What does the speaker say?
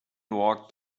walked